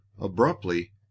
abruptly